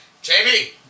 Jamie